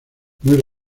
muy